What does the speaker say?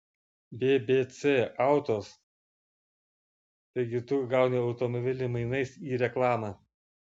bbc autos taigi tu gauni automobilį mainais į reklamą